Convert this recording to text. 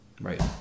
right